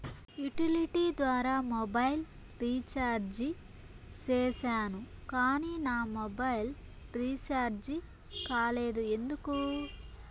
Utility ద్వారా mobile recharge సేసాను కానీ నా మొబైల్ రీచార్జి కాలేదు ఎందుకు?